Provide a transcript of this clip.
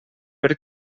per